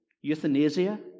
euthanasia